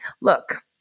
Look